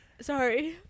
Sorry